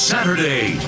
Saturday